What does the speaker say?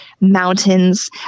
mountains